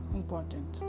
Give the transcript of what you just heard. important